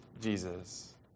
Jesus